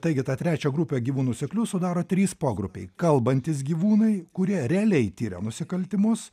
taigi tą trečią grupę gyvūnų seklių sudaro trys pogrupiai kalbantys gyvūnai kurie realiai tiria nusikaltimus